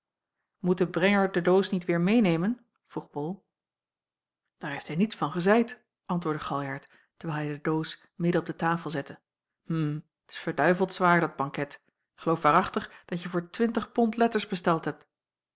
brenger de doos niet weêr meênemen vroeg ol aar heeft hij niets van gezeid antwoordde galjart terwijl hij de doos midden op de tafel zette hm t is verduiveld zwaar dat banket ik geloof waarachtig dat je voor twintig pond letters besteld hebt